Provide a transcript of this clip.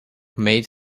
made